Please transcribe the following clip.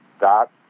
dot